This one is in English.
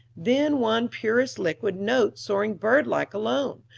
then one purest liquid note soaring bird-like alone,